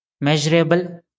measurable